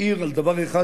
מעיר על דבר אחד,